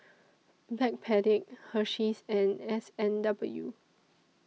Backpedic Hersheys and S and W